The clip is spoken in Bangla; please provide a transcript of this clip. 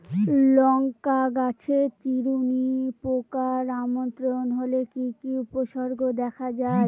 লঙ্কা গাছের চিরুনি পোকার আক্রমণ হলে কি কি উপসর্গ দেখা যায়?